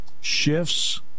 shifts